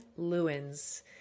Lewins